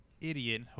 idiot